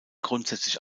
grundsätzlich